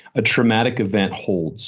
a traumatic event holds